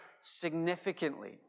significantly